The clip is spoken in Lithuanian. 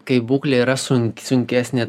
kai būklė yra sunk sunkesnė